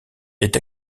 est